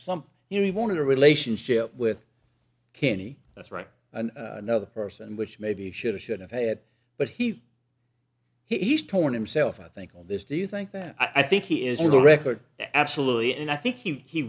some you know he wanted a relationship with candy that's right and another person which maybe you should or should have had but he he's torn him self i think all this do you think that i think he is a record absolutely and i think he